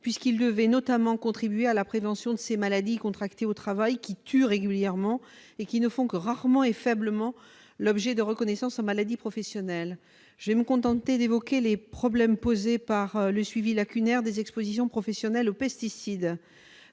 qu'elles devaient contribuer à la prévention des maladies contractées au travail qui tuent régulièrement et ne font que rarement et faiblement l'objet de reconnaissance au titre des maladies professionnelles. Je vais me contenter d'évoquer les problèmes posés par le suivi lacunaire des expositions professionnelles aux pesticides.